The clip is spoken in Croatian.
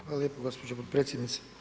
Hvala lijepo gospođo potpredsjednice.